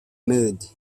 mud